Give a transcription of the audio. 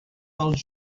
dels